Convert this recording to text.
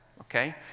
okay